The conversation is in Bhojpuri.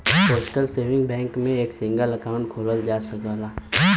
पोस्टल सेविंग बैंक में एक सिंगल अकाउंट खोलल जा सकला